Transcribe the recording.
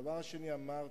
הדבר השני, אמרתי,